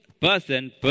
person